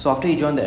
mm